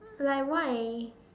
like why